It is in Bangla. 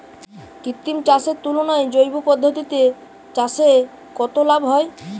কৃত্রিম চাষের তুলনায় জৈব পদ্ধতিতে চাষে কত লাভ হয়?